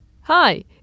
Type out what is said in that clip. Hi